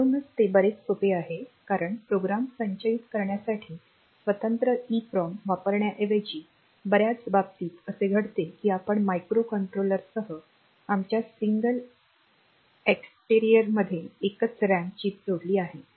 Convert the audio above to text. म्हणूनच हे बरेच सोपे आहे कारण प्रोग्राम संचयित करण्यासाठी संचयित करण्यासाठी स्वतंत्र ईप्रोम वापरण्याऐवजी बर्याच बाबतीत असे घडते की आपण मायक्रो कंट्रोलर्ससह आमच्या सिंगल एक्सटीरियर्समध्ये एकच रॅम चिप जोडली आहे